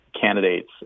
candidates